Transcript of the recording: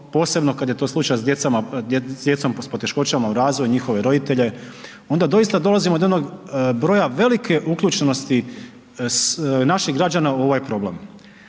posebno kad je to slučaj sa djecom s poteškoćama u razvoju i njihove roditelje, onda doista dolazimo do onog broja velike uključenosti naših građana u ovaj problem.